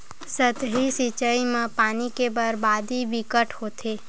सतही सिचई म पानी के बरबादी बिकट होथे